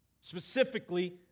Specifically